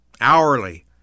hourly